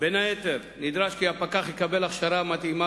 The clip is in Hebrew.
בין היתר נדרש כי הפקח יקבל הכשרה מתאימה